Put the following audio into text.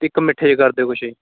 ਇੱਕ ਮਿੱਠੇ ਕਰ ਦਿਓ ਕੁਛ ਜੀ